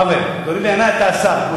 בעיני אתה השר.